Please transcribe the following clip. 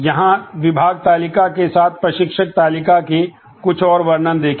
यहां विभाग तालिका के साथ प्रशिक्षक तालिका के कुछ और वर्णन देखें